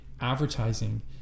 Advertising